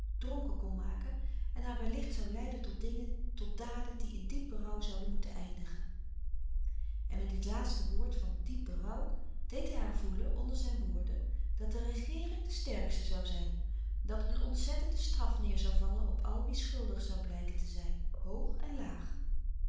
dronken kon maken en haar wellicht zoû leiden tot dingen tot daden die in diep berouw zouden moeten eindigen en met dit laatste woord van diep berouw deed hij haar voelen onder zijn woorden dat de regeering de sterkste zoû zijn dat een ontzettende straf neêr zoû vallen op al wie schuldig zoû blijken te zijn hoog en laag